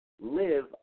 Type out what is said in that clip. live